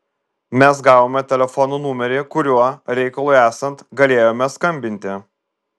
mes gavome telefono numerį kuriuo reikalui esant galėjome skambinti